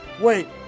Wait